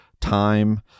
time